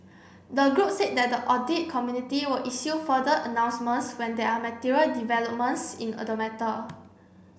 the group said that the audit committee will issue further announcements when there are material developments in a the matter